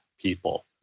people